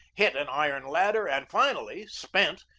hit an iron ladder, and finally, spent,